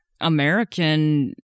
American